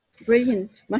Brilliant